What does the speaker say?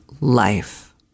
life